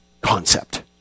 concept